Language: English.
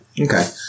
Okay